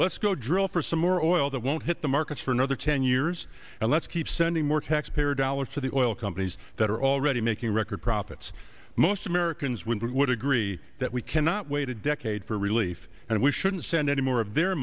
let's go drill for some more oil that won't hit the markets for another ten years and let's keep sending more taxpayer dollars to the oil companies that are already making record profits most can swim but would agree that we cannot wait a decade for relief and we shouldn't send any more of their